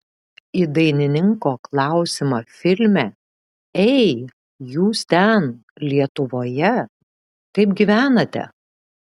į dainininko klausimą filme ei jūs ten lietuvoje kaip gyvenate